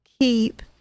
keep